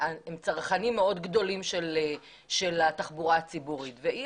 הם צרכנים מאוד גדולים של התחבורה הציבורית ואי